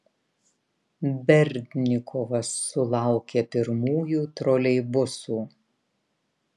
berdnikovas sulaukė pirmųjų troleibusų